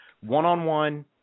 one-on-one